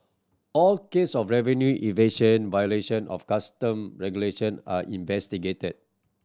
all case of revenue evasion violation of custom regulation are investigated